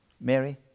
Mary